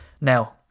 now